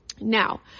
Now